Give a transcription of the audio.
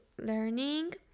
learning